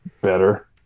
better